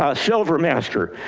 ah silver master,